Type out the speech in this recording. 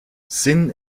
sinn